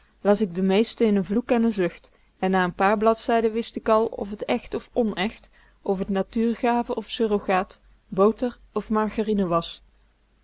las k de meeste in n vloek en n zucht en na n paar bladzijden wist k al of t echt of onecht of t natuurgave of surrogaat boter of margarine was